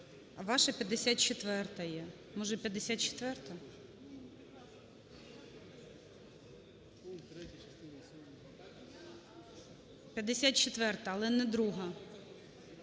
ваша 54-а є. Може 54-а? 54-а, але не друга.